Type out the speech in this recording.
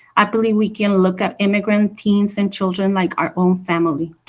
i believe we can look at immigrant teens and children, like our own family.